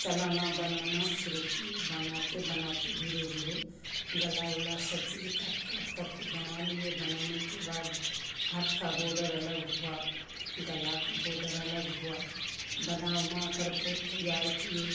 चलाना बनाना शुरू किए बनाते बनाते धीरे धीरे गला उला सब चीज़ काट काट करको बना लिए बनाने के बाद हाथ का बॉर्डर अलग हुआ गला का बॉर्डर अलग हुआ बना उना करको तैयार किए